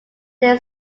there